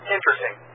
Interesting